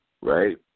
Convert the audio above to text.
right